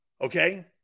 Okay